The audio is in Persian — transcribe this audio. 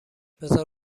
بزار